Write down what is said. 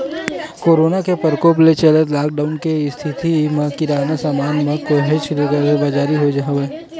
corona के परकोप के चलत लॉकडाउन के इस्थिति म किराना समान मन म काहेच के कालाबजारी होय हवय